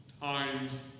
times